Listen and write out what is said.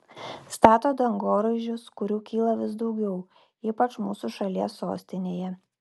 stato dangoraižius kurių kyla vis daugiau ypač mūsų šalies sostinėje